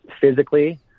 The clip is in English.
Physically